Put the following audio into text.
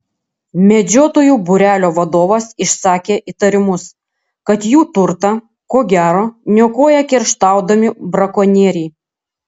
medžiotojų būrelio vadovas išsakė įtarimus kad jų turtą ko gero niokoja kerštaudami brakonieriai